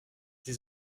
dix